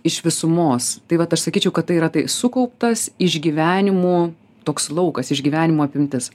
iš visumos tai vat aš sakyčiau kad tai yra tai sukauptas išgyvenimų toks laukas išgyvenimų apimtis